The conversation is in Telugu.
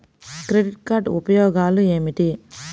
క్రెడిట్ కార్డ్ ఉపయోగాలు ఏమిటి?